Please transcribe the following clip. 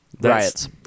Riots